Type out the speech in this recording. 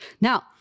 Now